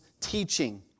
teaching